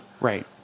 Right